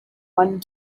one